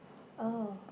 oh